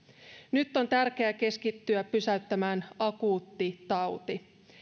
nyt on tärkeää keskittyä pysäyttämään akuutti tauti